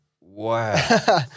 Wow